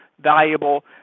valuable